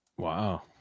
Wow